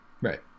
right